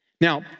Now